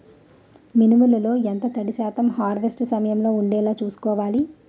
మినుములు లో ఎంత తడి శాతం హార్వెస్ట్ సమయంలో వుండేలా చుస్కోవాలి?